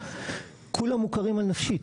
כולם מוכרים על נפשית,